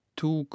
two